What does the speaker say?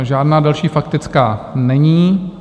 Žádná další faktická není...